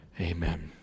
Amen